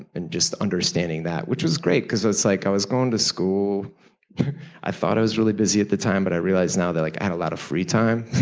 and just understanding that, which was great because i was like i was going to school i thought i was really busy at the time, but i realize now that like i had a lot of free time.